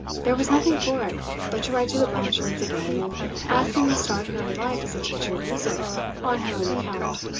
there was nothing for it but to write to the blanchards again, and ask them to start her in life as a teacher of music on her own account.